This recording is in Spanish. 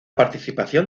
participación